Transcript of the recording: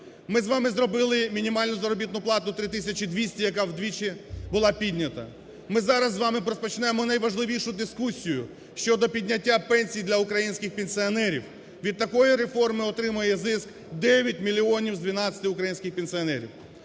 Ми з вами зробили мінімальну заробітну плату три тисячі 200, яка вдвічі була піднята. Ми з вами зараз розпочинаємо найважливішу дискусію щодо підняття пенсій для українських пенсіонерів. Від такої реформи отримає зиск 9 мільйонів з 12 українських пенсіонерів.